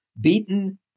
beaten